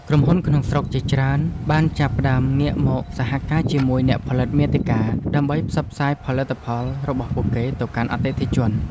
ក្រុមហ៊ុនក្នុងស្រុកជាច្រើនបានចាប់ផ្តើមងាកមកសហការជាមួយអ្នកផលិតមាតិកា ដើម្បីផ្សព្វផ្សាយផលិតផលរបស់ពួកគេទៅកាន់អតិថិជន។